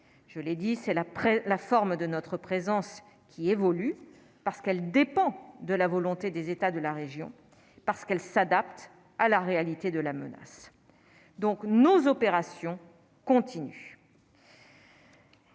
je l'ai dit, c'est la près la forme de notre présence qui évolue parce qu'elle dépend de la volonté des États de la région parce qu'elles s'adaptent à la réalité de la menace donc nos opérations continues.